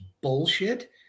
bullshit